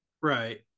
right